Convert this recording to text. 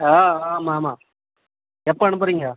ஆ ஆ ஆமாம் ஆமாம் எப்போ அனுப்புகிறீங்க